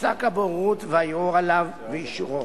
3. פסק הבוררות, הערעור עליו ואישורו,